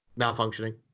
malfunctioning